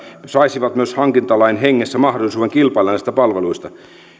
saisivat myös hankintalain hengessä mahdollisuuden kilpailla näistä palveluista